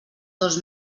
dos